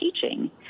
teaching